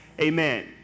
Amen